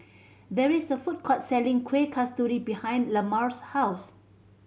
there is a food court selling Kueh Kasturi behind Lamar's house